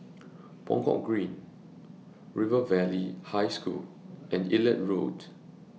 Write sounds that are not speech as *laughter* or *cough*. *noise* Buangkok Green River Valley High School and Elliot Road